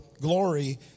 glory